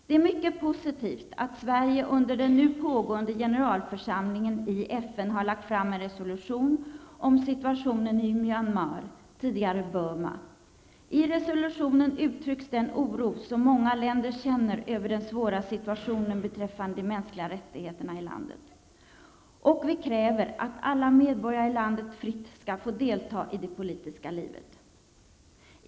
Det är mycket positivt att Sverige under den nu pågående generalförsamlingen i FN har lagt fram en resolution om situationen i Myanmar -- tidigare Burma. I resolutionen uttrycks den oro som man i många länder känner över den svåra situationen beträffande de mänskliga rättigheterna i landet, och kräver att alla medborgare i landet fritt skall få delta i det politiska livet.